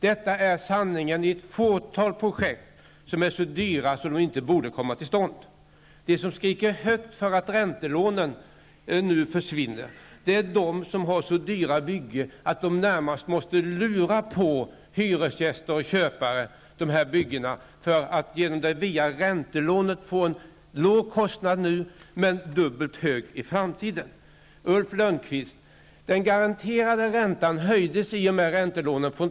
Detta är sanningen i ett fåtal projekt som är så dyra att de inte borde komma till stånd. De som skriker högt över att räntelånen nu skall försvinna, är de som uppför så dyra byggen att de närmast måste lura på hyresgäster och köpare dessa hus, dvs. med hjälp av räntelån skapa låga kostnader nu men dubbelt så höga i framtiden.